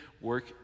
work